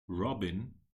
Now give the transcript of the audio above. robin